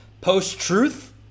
post-truth